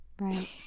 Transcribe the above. right